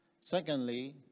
Secondly